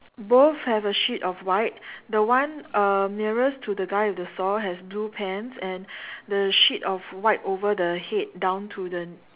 both have a sheet of white the one um nearest to the guy with the saw have blue pants and the sheet of white over the head down to the